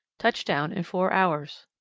touchdown in four hours.